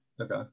Okay